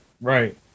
right